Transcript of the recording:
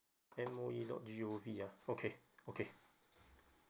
M O E dot G O V ah okay okay